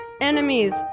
enemies